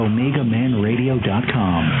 OmegaManRadio.com